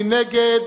מי נגד?